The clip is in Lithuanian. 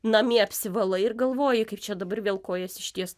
namie apsivalai ir galvoji kaip čia dabar vėl kojas ištiest